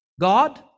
God